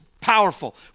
powerful